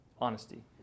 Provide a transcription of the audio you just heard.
Honesty